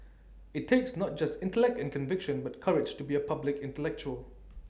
IT takes not just intellect and conviction but courage to be A public intellectual